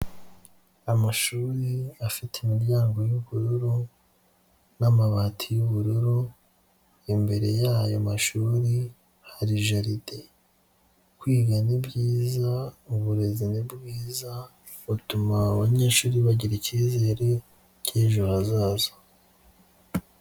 Amashuri afite imiryango y'ubururu n'amabati y'ubururu, imbere y'ayo mashuri hari jaride, kwiga ni byiza uburezi ni bwiza butuma abanyeshuri bagira ikizere cy'ejo hazaza.